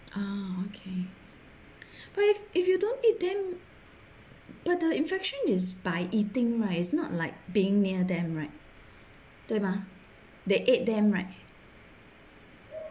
ah okay but if if you don't eat then but the infection is by eating right is not like being near them right 对吗 they ate them right